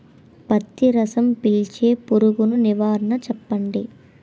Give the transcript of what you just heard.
పత్తి రసం పీల్చే పురుగు నివారణ చెప్పండి?